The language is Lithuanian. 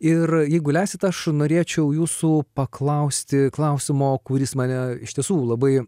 ir jeigu leisite aš norėčiau jūsų paklausti klausimo kuris mane iš tiesų labai